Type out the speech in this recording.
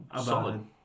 solid